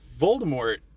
Voldemort